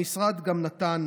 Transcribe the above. המשרד גם נתן,